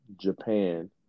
Japan